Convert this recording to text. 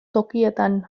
tokietan